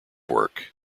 work